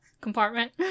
Compartment